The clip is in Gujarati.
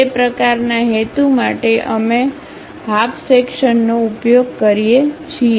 તે પ્રકારના હેતુ માટે અમે હાફ સેક્શન્નો ઉપયોગ કરીએ છીએ